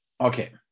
Okay